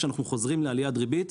כשאנחנו חוזרים לעליית ריבית,